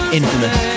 infamous